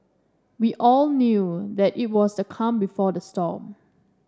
we all knew that it was the calm before the storm